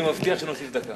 אני מבטיח שנוסיף דקה.